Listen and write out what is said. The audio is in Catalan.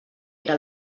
era